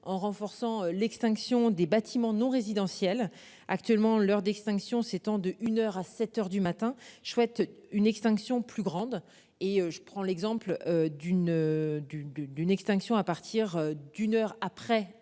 en renforçant l'extinction des bâtiments non résidentiels actuellement leur d'extinction, s'étend de une heure à 7h du matin je souhaite une extinction plus grande et je prends l'exemple d'une du du d'une extinction à partir d'une heure après